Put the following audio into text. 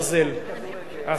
הסרט,